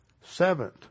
seventh